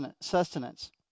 sustenance